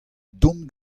dont